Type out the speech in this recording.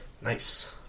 Nice